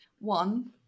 One